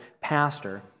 pastor